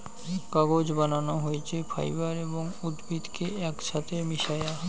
কাগজ বানানো হইছে ফাইবার এবং উদ্ভিদ কে একছাথে মিশায়া